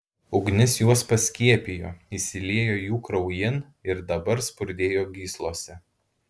ugnis juos paskiepijo įsiliejo jų kraujin ir dabar spurdėjo gyslose